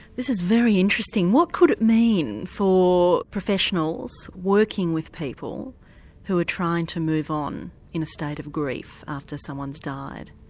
this very interesting. what could it mean for professionals working with people who are trying to move on in a state of grief after someone's died?